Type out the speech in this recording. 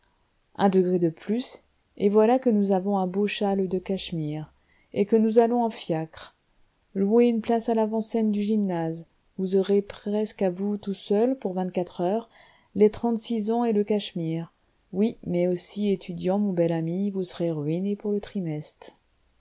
un degré de plus et voilà que nous avons un beau châle de cachemire et que nous allons en fiacre louez une place à l'avant-scène du gymnase vous aurez presqu'à vous tout seul pour vingt-quatre heures les trente-six ans et le cachemire oui mais aussi étudiant mon bel ami vous serez ruiné pour tout le trimestre